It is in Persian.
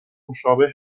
مشابه